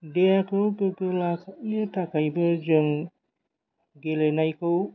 देहाखौ गोग्गो लाखिनो थाखायबो जों गेलेनायखौ